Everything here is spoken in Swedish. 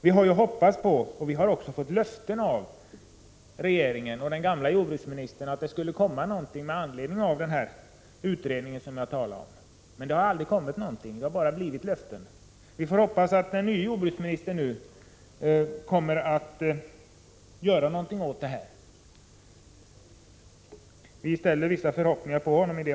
Vi har ju hoppats på — och vi har också fått löften av den förre jordbruksministern — att det skulle komma ett förslag med anledning av den utredning som jag talat om. Men det har stannat vid löften. Vi får hoppas att den nye jordbruksministern kommer att göra någonting. I det avseendet ställer vi vissa förhoppningar på honom.